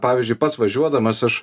pavyzdžiui pats važiuodamas aš